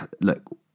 Look